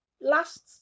last